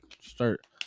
Start